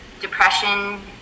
depression